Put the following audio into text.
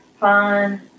fun